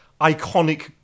iconic